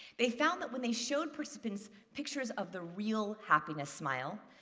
they found that when they showed participants pictures of the real happiness smile,